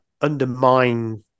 undermine